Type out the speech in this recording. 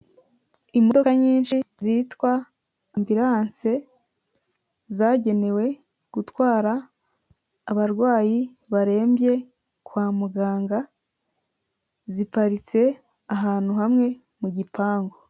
Imodoka nyinshi zitwa ambiranse zagenewe gutwara abarwayi barembye kwa muganga, ziparitse ahantu hamwe mu gipangu.